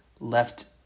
left